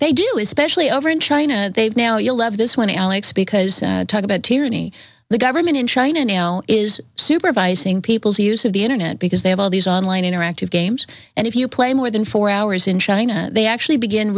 they do is especially over in china they've now you'll love this one alex because talk about tyranny the government in china now is supervising people's use of the internet because they have all these online interactive games and if you play more than four hours in china they actually begin